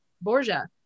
Borgia